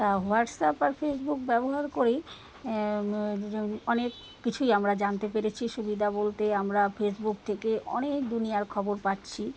তা হোয়াটসঅ্যাপ আর ফেসবুক ব্যবহার করেই অনেক কিছুই আমরা জানতে পেরেছি সুবিধা বলতে আমরা ফেসবুক থেকে অনেক দুনিয়ার খবর পাচ্ছি